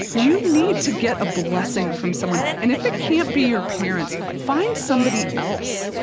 you need to get a blessing from someone. and if it can't be your parents, find somebody else,